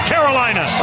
Carolina